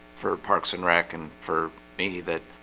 for parks and rec and for me that